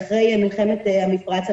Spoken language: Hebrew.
למשל אחרי מלחמת המפרץ,